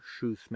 Shoesmith